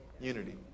Unity